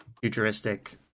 futuristic